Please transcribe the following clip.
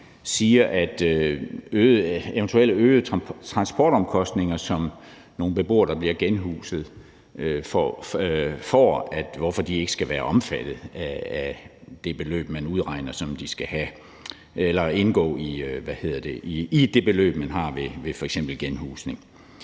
siger, at eventuelle øgede transportomkostninger, som nogle beboere, der bliver genhuset, får, ikke skal være omfattet af det beløb, man udregner de skal have, eller indgå i det beløb, man har ved f.eks. genhusning.